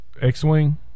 X-Wing